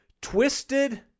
twisted